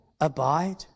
abide